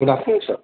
good after noon sir